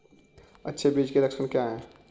अच्छे बीज के लक्षण क्या हैं?